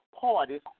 parties